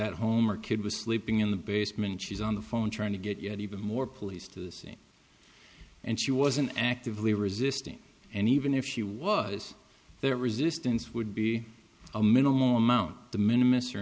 at home or kid was sleeping in the basement she's on the phone trying to get yet even more police to the scene and she wasn't actively resisting and even if she was there resistance would be a minimal amount the m